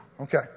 Okay